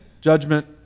judgment